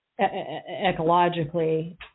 Ecologically